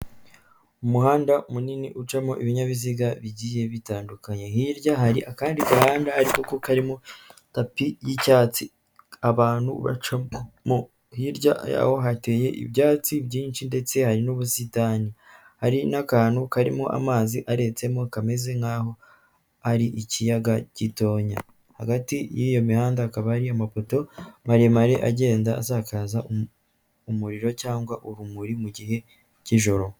Umuhanda munini ucamo ibinyabiziga bigiye bitandukanye hirya hari akandi gahanda ariko ko karimo tapi y'icyatsi abantu bacamo hirya y'aho hateye ibyatsi byinshi ndetse hari n'ubusitani hari n'akantu karimo amazi aretsemo kameze nk'aho ari ikiyaga gitonya hagati y'iyo mihanda akaba ari amapoto maremare agenda asakaza umuriro cyangwa urumuri mu gihe cy'ijoro.